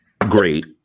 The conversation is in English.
Great